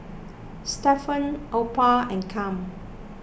Stephan Opal and Cam